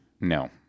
No